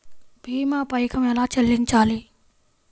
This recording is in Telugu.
భీమా పైకం ఎలా చెల్లించాలి?